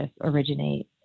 originate